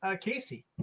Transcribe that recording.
Casey